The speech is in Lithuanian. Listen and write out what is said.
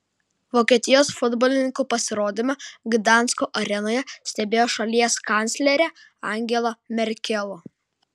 vokietijos futbolininkų pasirodymą gdansko arenoje stebėjo šalies kanclerė angela merkel